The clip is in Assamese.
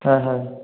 হয় হয়